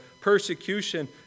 persecution